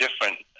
different